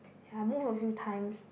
ya I moved a few times